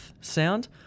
sound